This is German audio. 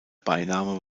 beiname